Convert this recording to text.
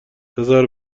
بزار